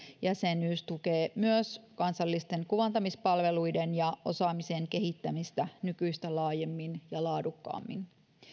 jäsenyys tukee myös kansallisten kuvantamispalveluiden ja osaamisen kehittämistä nykyistä laajemmin ja laadukkaammin